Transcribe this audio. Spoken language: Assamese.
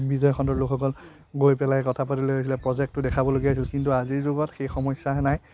বিত্তীয় খণ্ডৰ লোকসকল গৈ পেলাই কথা পাতিব লগা হৈছিলে প্ৰজেক্টটো দেখাবলগীয়া হৈছিলে কিন্তু আজিৰ যুগত সেই সমস্যাখিনি নাই